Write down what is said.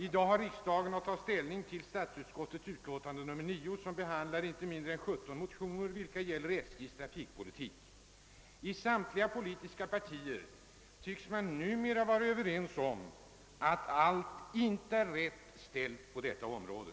I dag har riksdagen att ta ställning till statsutskottets utlåtande nr 9, som behandlar inte mindre än 17 motioner vilka gäller SJ:s trafikpolitik. I samtliga politiska partier tycks man numera vara överens om att allt inte är rätt ställt på detta område.